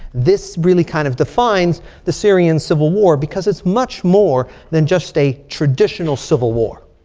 this really kind of defines the syrian civil war. because it's much more than just a traditional civil war.